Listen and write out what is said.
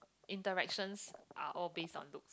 interactions are all based on look